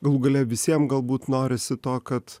galų gale visiem galbūt norisi to kad